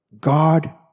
God